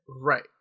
Right